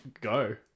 go